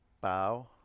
Bow